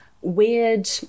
weird